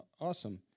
awesome